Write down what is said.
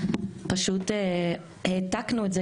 פשוט העתקנו את זה,